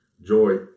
joy